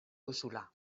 duzula